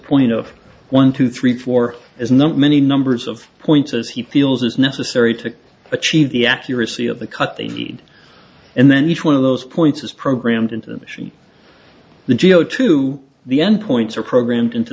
point of one two three four as not many numbers of points as he feels is necessary to achieve the accuracy of the cut they need and then each one of those points is programmed into the machine the geo to the end points are programmed into